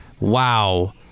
Wow